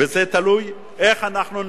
וזה תלוי איך אנחנו נגן,